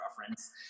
reference